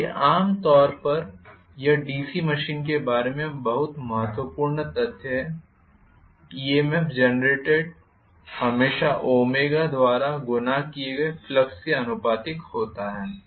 इसलिए आम तौर पर यह डीसी मशीन के बारे में बहुत महत्वपूर्ण तथ्य है EMFजेनरेटेड हमेशा ओमेगा द्वारा गुणा किए गए फ्लक्स के आनुपातिक होता है